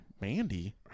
Mandy